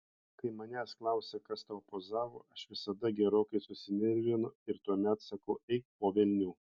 kai manęs klausia kas tau pozavo aš visada gerokai susinervinu ir tuomet sakau eik po velnių